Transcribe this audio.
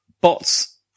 Bots